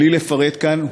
בלי לפרט כאן,